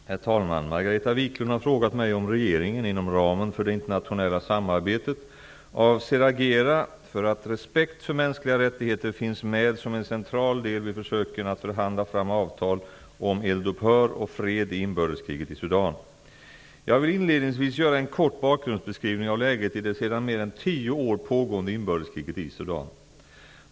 Herr talman! Margareta Viklund har frågat mig om regeringen, inom ramen för det internationella samarbetet, avser agera för att respekt för mänskliga rättigheter finns med som en central del vid försöken att förhandla fram avtal om eldupphör och fred i inbördeskriget i Sudan. Jag vill inledningsvis göra en kort bakgrundsbeskrivning av läget i det sedan mer än tio år pågående inbördeskriget i Sudan.